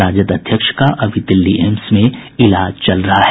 राजद अध्यक्ष का अभी दिल्ली एम्स में इलाज चल रहा है